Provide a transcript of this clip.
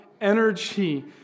energy